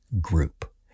group